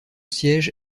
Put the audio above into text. siège